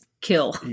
kill